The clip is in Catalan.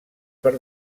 per